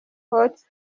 hot